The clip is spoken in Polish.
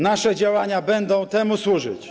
Nasze działania będą temu służyć.